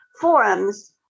forums